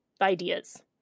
ideas